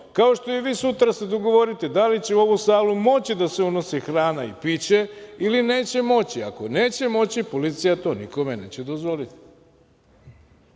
kao što i vi sutra se dogovorite da li će u ovu salu moći da se unosi hrana i piće, ili neće moći, ako neće moći policija to nikome neće dozvoliti.